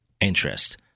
interest